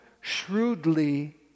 shrewdly